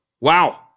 wow